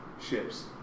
ships